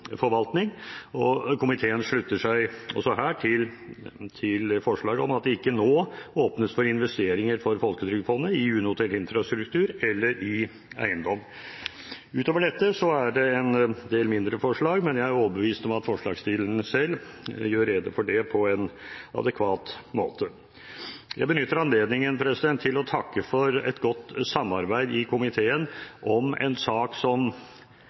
forvaltning, og komiteen slutter seg også her til forslaget om at det ikke nå åpnes for investeringer for Folketrygdfondet i unotert infrastruktur eller i eiendom. Utover dette er det en del mindre forslag, men jeg er overbevist om at forslagsstillerne selv vil gjøre rede for dem på en adekvat måte. Jeg benytter anledningen til å takke for et godt samarbeid i komiteen om en sak som